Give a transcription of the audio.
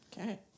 Okay